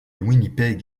winnipeg